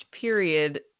period